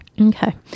okay